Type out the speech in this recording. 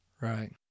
Right